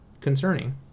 concerning